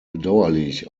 bedauerlich